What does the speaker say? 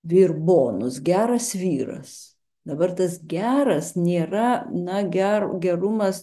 vir bonus geras vyras dabar tas geras nėra na ger gerumas